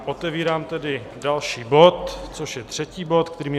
Otevírám tedy další bod, což je třetí bod, kterým je